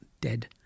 dead